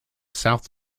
south